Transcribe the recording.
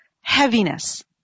heaviness